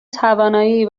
توانایی